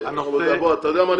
אתה יודע מה,